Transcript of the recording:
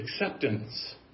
acceptance